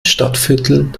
stadtvierteln